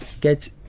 get